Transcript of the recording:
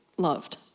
loved.